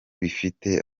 bifite